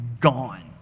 gone